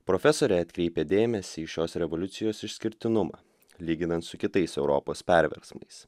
profesorė atkreipė dėmesį į šios revoliucijos išskirtinumą lyginant su kitais europos perversmais